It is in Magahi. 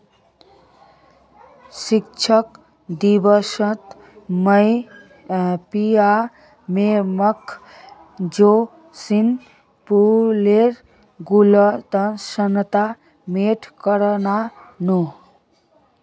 शिक्षक दिवसत मुई प्रिया मैमक जैस्मिन फूलेर गुलदस्ता भेंट करयानू